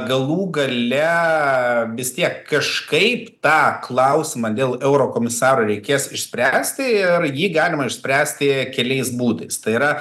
galų gale vis tiek kažkaip tą klausimą dėl eurokomisaro reikės išspręsti ir jį galima išspręsti keliais būdais tai yra